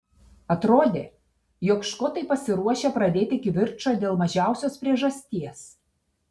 atrodė jog škotai pasiruošę pradėti kivirčą dėl mažiausios priežasties